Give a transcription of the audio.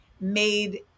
made